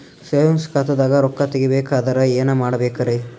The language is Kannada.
ಸೇವಿಂಗ್ಸ್ ಖಾತಾದಾಗ ರೊಕ್ಕ ತೇಗಿ ಬೇಕಾದರ ಏನ ಮಾಡಬೇಕರಿ?